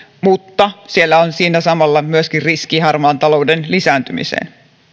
mutta siellä on samalla riski harmaan talouden lisääntymiseen